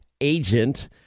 agent